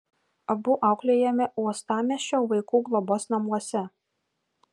abu auklėjami uostamiesčio vaikų globos namuose